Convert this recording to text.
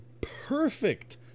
perfect